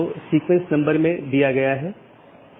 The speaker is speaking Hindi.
और यह मूल रूप से इन पथ विशेषताओं को लेता है